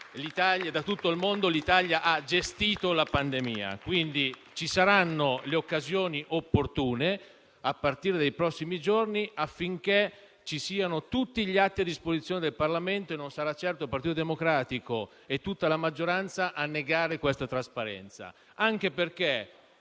da tutto il mondo. Ci saranno le occasioni opportune, a partire dai prossimi giorni, affinché ci siano tutti gli atti a disposizione del Parlamento e non saranno certo il Partito Democratico e tutta la maggioranza a negare questa trasparenza.